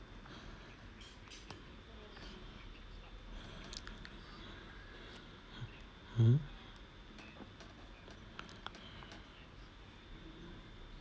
mm